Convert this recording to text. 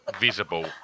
visible